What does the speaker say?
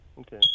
okay